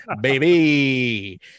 baby